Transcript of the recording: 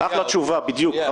אחלה תשובה בדיוק.